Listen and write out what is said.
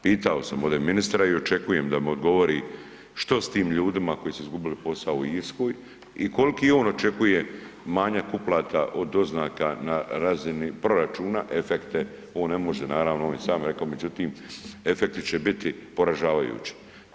Pitao sam ovdje ministra i očekujem da mi odgovori što s tim ljudima koji su izgubili posao u Irskoj i koliki je on očekuje manjak uplata od doznaka na razini proračuna, efekte, on ne može naravno, on je sam rekao međutim efekti će biti poražavajući.